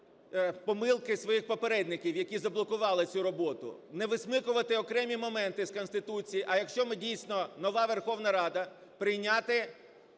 помилки своїх попередників, які заблокували цю роботу, не висмикувати окремі моменти з Конституції. А якщо ми, дійсно, нова Верховна Рада, прийняти